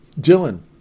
Dylan